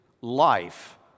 life